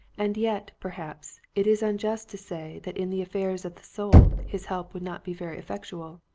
and yet perhaps it is unjust to say that in the affairs of the soul his help would not be very effectual,